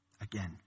Again